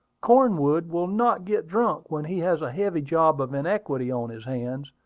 cornwood will not get drunk when he has a heavy job of iniquity on his hands.